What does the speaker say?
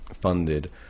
funded